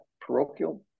parochial